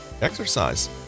Exercise